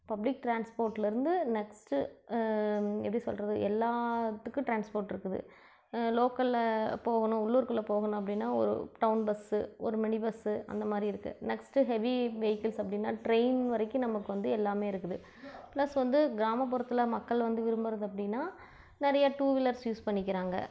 public டிரான்ஸ்போர்ட்லேருந்து next எப்படி சொல்கிறது எல்லாத்துக்கும் டிரான்ஸ்போர்ட் இருக்குது லோக்கலில் போகணும் உள்ளூருக்குள்ளே போகணும் அப்படின்னா ஒரு டவுன் பஸ்ஸு ஒரு மினி பஸ்ஸு அந்த மாதிரி இருக்குது நெக்ஸ்ட்டு ஹெவி வெஹிக்கள்ஸ் அப்படின்னா ட்ரெயின் வரைக்கும் நமக்கு வந்து எல்லாமே இருக்குது பிளஸ் வந்து கிராமப்புறத்தில் மக்கள் வந்து விரும்புகிறது அப்படின்னா நிறையா டூ வீலர்ஸ் யூஸ் பண்ணிக்கிறாங்க